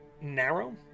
narrow